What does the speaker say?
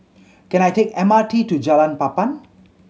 can I take M R T to Jalan Papan